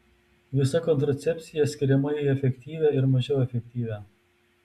visa kontracepcija skiriama į efektyvią ir mažiau efektyvią